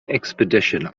expedition